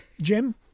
Jim